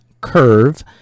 Curve